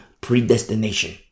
predestination